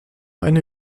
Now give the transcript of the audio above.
eine